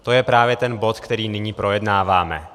To je právě ten bod, který nyní projednáváme.